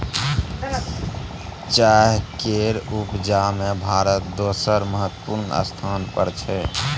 चाय केर उपजा में भारत दोसर महत्वपूर्ण स्थान पर छै